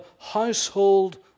household